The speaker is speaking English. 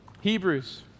Hebrews